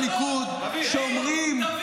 תביא, נחתום.